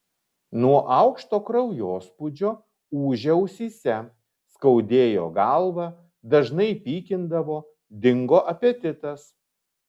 nuo aukšto kraujospūdžio ūžė ausyse skaudėjo galvą dažnai pykindavo dingo apetitas